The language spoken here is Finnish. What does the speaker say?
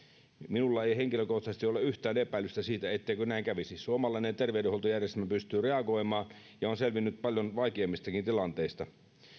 minulla ei henkilökohtaisesti ole yhtään epäilystä siitä etteikö näin kävisi suomalainen terveydenhuoltojärjestelmä pystyy reagoimaan ja on selvinnyt paljon vaikeammistakin tilanteista se